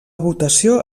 votació